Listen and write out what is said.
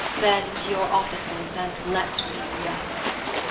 then to your offices, and let me rest.